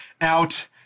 out